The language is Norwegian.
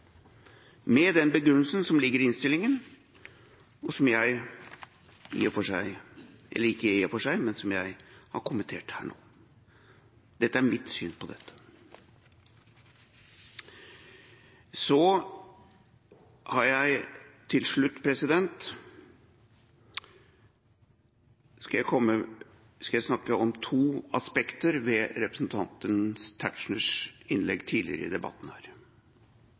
med den begrunnelsen som ligger i innstillingen, og som jeg har kommentert her nå. Dette er mitt syn på dette. Så skal jeg til slutt snakke om to aspekter ved representanten Tetzschners innlegg tidligere i debatten her.